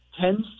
tends